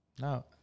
No